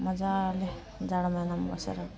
मजाले जाडो महिनामा बसेर